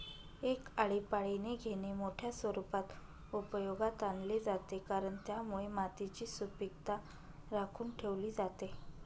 एक आळीपाळीने घेणे मोठ्या स्वरूपात उपयोगात आणले जाते, कारण त्यामुळे मातीची सुपीकता राखून ठेवली जाते